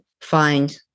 find